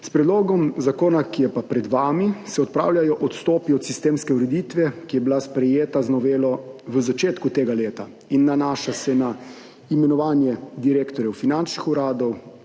S predlogom zakona, ki pa je pred vami, se odpravljajo odstopi od sistemske ureditve, ki je bila sprejeta z novelo v začetku tega leta in se nanaša na imenovanje direktorjev finančnih uradov,